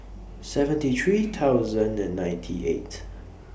seventy three thousand and ninety eight